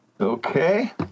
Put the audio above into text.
Okay